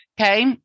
Okay